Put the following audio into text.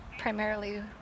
primarily